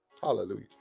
Hallelujah